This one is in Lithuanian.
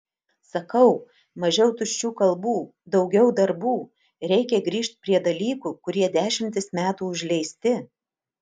sakau mažiau tuščių kalbų daugiau darbų reikia grįžt prie dalykų kurie dešimtis metų užleisti